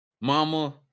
Mama